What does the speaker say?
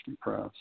press